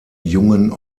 jungen